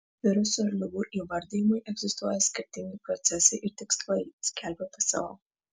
virusų ir ligų įvardijimui egzistuoja skirtingi procesai ir tikslai skelbia pso